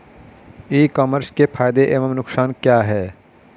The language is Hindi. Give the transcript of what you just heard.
ई कॉमर्स के फायदे एवं नुकसान क्या हैं?